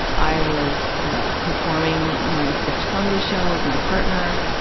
i was performing my sketch comedy show with my partner.